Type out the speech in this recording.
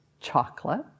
Chocolate